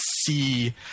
see